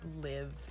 live